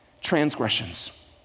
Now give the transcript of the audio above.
transgressions